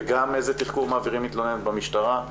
וגם איזה תחקור מעבירים מתלוננת במשטרה.